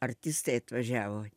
artistai atvažiavo